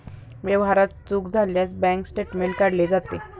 व्यवहारात चूक झाल्यास बँक स्टेटमेंट काढले जाते